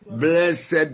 Blessed